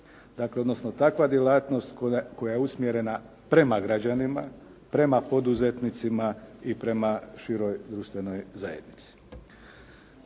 odnosno takva djelatnost koja je usmjerena prema građanima, prema poduzetnicima i prema široj društvenoj zajednici.